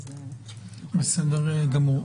אז נוכל --- בסדר גמור.